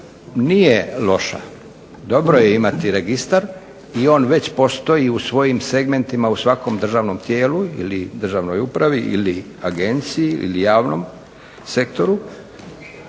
nije loša, dobro je imati registar i on već postoji u svojim segmentima u svakom državnom tijelu ili državnoj upravi ili agenciji ili javnom sektoru.